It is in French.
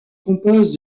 compose